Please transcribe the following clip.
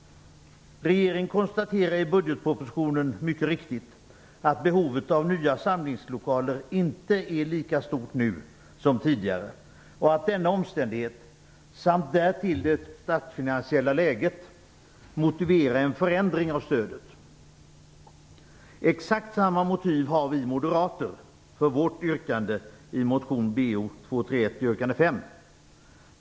Regeringen konstaterar mycket riktigt i budgetpropositionen att behovet av nya samlingslokaler inte är lika stort nu som tidigare och att denna omständighet samt därtill det statsfinansiella läget motiverar en förändring av stödet. Exakt samma motiv har vi moderater för vårt yrkande i motion Bo231, yrkande 5.